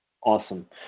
Awesome